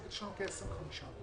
כ-25.